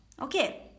okay